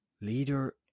Leader